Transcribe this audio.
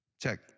Check